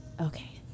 Okay